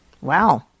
Wow